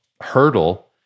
hurdle